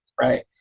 right